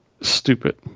stupid